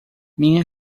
minha